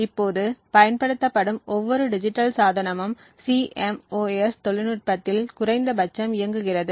இப்போது பயன்படுத்தப்படும் ஒவ்வொரு டிஜிட்டல் சாதனமும் CMOS தொழில்நுட்பத்தில் குறைந்தபட்சம் இயங்குகிறது